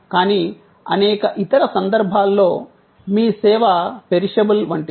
కానీ అనేక ఇతర సందర్భాల్లో సేవ పెరిషబుల్ వంటిది